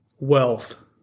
Wealth